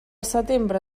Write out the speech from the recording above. setembre